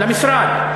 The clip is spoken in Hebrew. למשרד?